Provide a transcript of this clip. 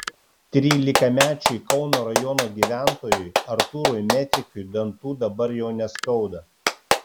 trylikamečiui kauno rajono gyventojui artūrui metrikiui dantų dabar jau neskauda